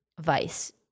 vice